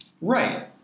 Right